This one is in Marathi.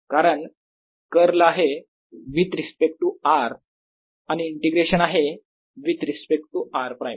कारण कर्ल आहे विथ रिस्पेक्ट टू r आणि इंटिग्रेशन आहे रिस्पेक्ट टू r प्राईम